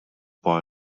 boy